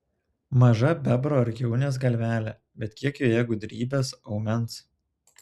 maža bebro ar kiaunės galvelė bet kiek joje gudrybės aumens